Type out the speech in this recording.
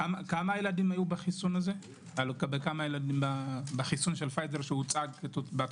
כמה ילדים בחיסון של פייזר שהוצג?